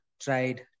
tried